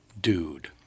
Dude